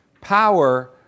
Power